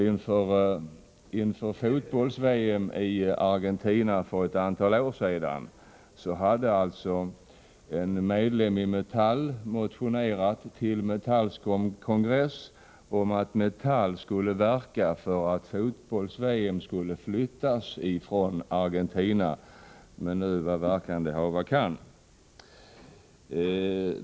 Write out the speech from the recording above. Inför fotbolls-VM i Argentina för ett antal år sedan hade en medlem i Metall motionerat till Metalls kongress om att Metall skulle verka för att fotbolls-VM skulle flyttas från Argentina, till vad verkan det hava kunde.